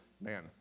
man